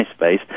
MySpace